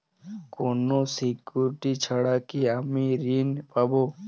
কোনো সিকুরিটি ছাড়া কি আমি ঋণ পাবো?